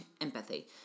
empathy